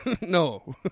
No